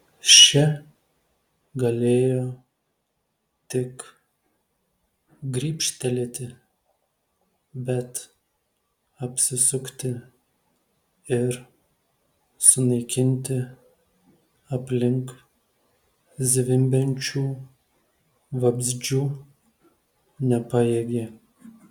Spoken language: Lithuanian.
ši galėjo tik grybštelėti bet apsisukti ir sunaikinti aplink zvimbiančių vabzdžių nepajėgė